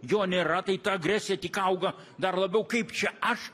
jo nėra tai ta agresija tik auga dar labiau kaip čia aš